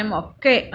okay